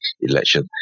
election